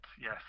yes